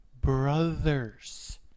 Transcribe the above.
brothers